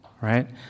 right